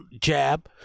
jab